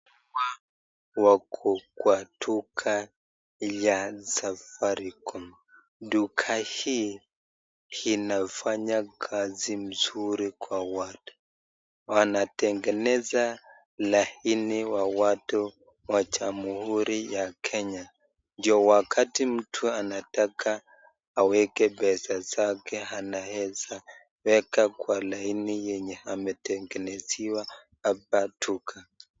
Hawa wako kwa duka ya Safaricom. Duka hii inafanya kazi nzuri kwa watu. Wanatengeneza laini wa watu wa Jamhuri ya Kenya ndio wakati mtu anataka aweke pesa zake anaeza weka kwa laini yenye ametengenezewa hapa duka.